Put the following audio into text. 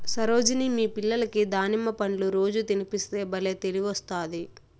సరోజిని మీ పిల్లలకి దానిమ్మ పండ్లు రోజూ తినిపిస్తే బల్లే తెలివొస్తాది